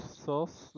sauce